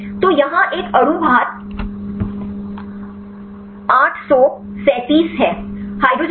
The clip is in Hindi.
तो यहाँ एक अणु भार 837 है हाइड्रोजन बांड स्वीकर्ता 15 है